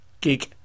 gig